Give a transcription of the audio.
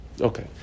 Okay